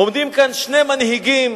עומדים כאן שני מנהיגים